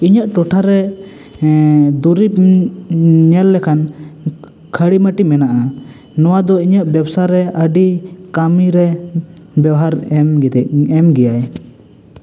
ᱤᱧᱟᱹᱜ ᱴᱚᱴᱷᱟ ᱨᱮ ᱫᱩᱨᱤᱵᱽ ᱧᱮᱞ ᱞᱮᱠᱷᱟᱱ ᱠᱷᱟᱹᱲᱤ ᱢᱟᱹᱴᱤ ᱢᱮᱱᱟᱜᱼᱟ ᱱᱚᱣᱟ ᱫᱚ ᱤᱧᱟᱹᱜ ᱵᱮᱯᱥᱟ ᱨᱮ ᱟᱹᱰᱤ ᱠᱟᱹᱢᱤ ᱨᱮ ᱵᱮᱵᱷᱟᱨ ᱮᱢ ᱜᱮᱛᱮ ᱮᱢ ᱜᱮᱭᱟᱭ